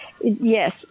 Yes